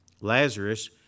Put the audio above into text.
Lazarus